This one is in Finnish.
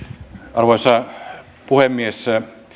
arvoisa puhemies